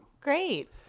Great